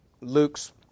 Luke's